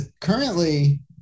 currently